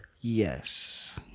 Yes